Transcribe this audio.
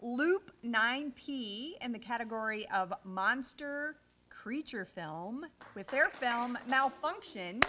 loop nine p in the category of monster creature film with their film malfunction